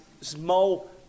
small